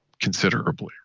considerably